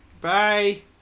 Bye